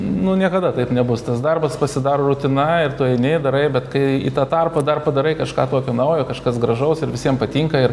nu niekada taip nebus tas darbas pasidaro rutina ir tu eini darai bet kai į tą tarpą dar padarai kažką tokio naujo kažkas gražaus ir visiem patinka ir